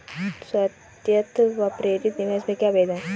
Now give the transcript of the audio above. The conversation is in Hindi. स्वायत्त व प्रेरित निवेश में क्या भेद है?